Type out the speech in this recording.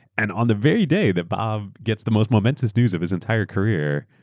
and on the very day that bob gets the most momentous news of his entire career,